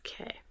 Okay